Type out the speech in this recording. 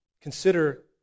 Consider